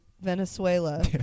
Venezuela